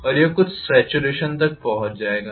और यह कुछ सॅचुरेशन तक पहुंच जाएगा